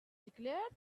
declared